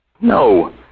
No